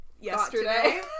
Yesterday